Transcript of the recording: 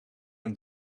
een